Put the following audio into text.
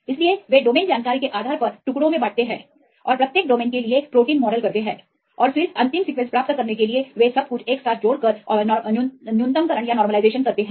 इसलिए वे डोमेन जानकारी के आधार पर टुकड़ों में बांटते हैं और प्रत्येक डोमेन के लिए प्रोटीन मॉडल करते हैं और फिर अंतिम सीक्वेंस प्राप्त करने के लिए वे सब कुछ एक साथ जोड़ कर न्यूनतमकरण करते हैं